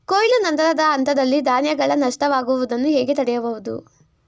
ಕೊಯ್ಲು ನಂತರದ ಹಂತದಲ್ಲಿ ಧಾನ್ಯಗಳ ನಷ್ಟವಾಗುವುದನ್ನು ಹೇಗೆ ತಡೆಯಬಹುದು?